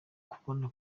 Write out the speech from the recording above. kubona